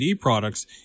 products